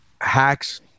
Hacks